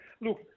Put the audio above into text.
look